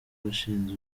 washinze